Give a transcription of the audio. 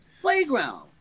playground